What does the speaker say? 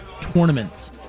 Tournaments